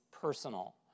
personal